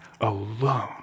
alone